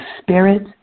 spirit